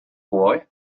boy